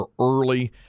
early